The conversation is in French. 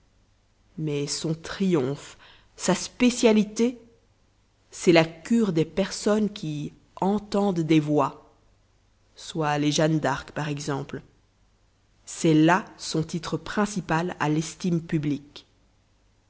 mais son triomphe sa spécialité c'est la cure des personnes qui entendent des voix soit les jeanne d'arc par exemple c'est là son titre principal à l'estime publique